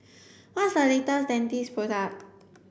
what's the latest Dentiste product